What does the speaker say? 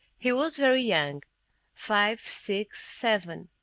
he was very young five, six, seven.